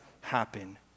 happen